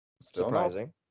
Surprising